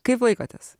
kaip laikotės